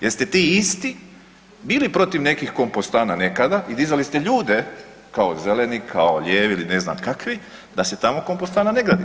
Jeste ti isti bili protive nekih kompostana nekada i dizalo ste ljude kao zeleni, kao lijevi ili ne znam kakvi, da se tamo kompostana ne gradi?